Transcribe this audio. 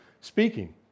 speaking